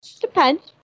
Depends